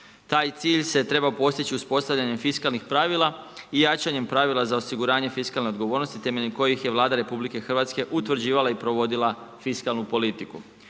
Taj cilj se trebao postići uspostavljanjem fiskalnih pravila i jačanjem pravila za osiguranje fiskalne odgovornosti temeljem kojih je Vlada RH utvrđivala i provodila fiskalnu politiku.